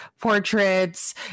portraits